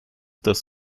das